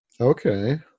Okay